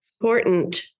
important